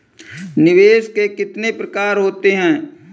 निवेश के कितने प्रकार होते हैं?